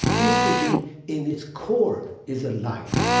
this regime in its core is a liar.